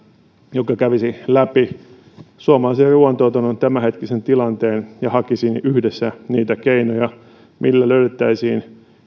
joka kävisi läpi suomalaisen ruuantuotannon tämänhetkisen tilanteen ja hakisimme yhdessä niitä keinoja millä löydettäisiin